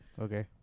Okay